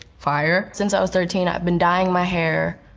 fire. since i was thirteen, i've been dying my hair,